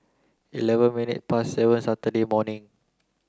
eleven minutes past seven Saturday evening